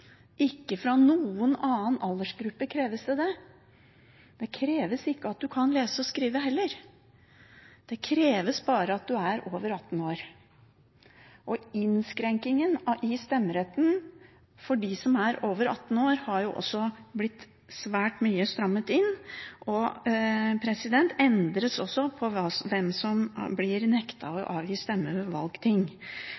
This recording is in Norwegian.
ikke fra noen annen aldersgruppe kreves det det. Det kreves ikke at du kan lese og skrive heller. Det kreves bare at du er over 18 år. Innskrenkingen i stemmeretten for dem som er over 18 år, har også blitt svært mye strammet inn, og endres også for hvem som blir